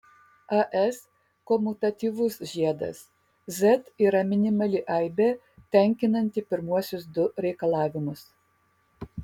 as komutatyvus žiedas z yra minimali aibė tenkinanti pirmuosius du reikalavimus